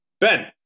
Ben